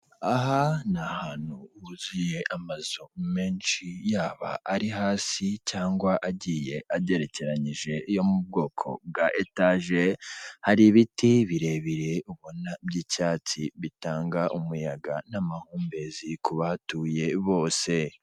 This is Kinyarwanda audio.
Aha ni ahantu huzuye amazu menshi yaba ari hasi cyangwa agiye agerekeranyije yo mu bwoko bwa etaje, hari ibiti birebire ubona by'icyatsi bitanga umuyaga n'amahumbezi ku batuye bose.